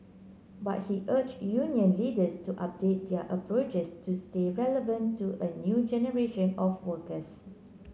but he urged union leaders to update their approaches to stay relevant to a new generation of workers